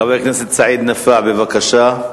חבר הכנסת סעיד נפאע, בבקשה.